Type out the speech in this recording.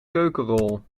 keukenrol